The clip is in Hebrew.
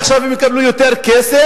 עכשיו הן יקבלו יותר כסף,